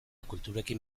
kulturekin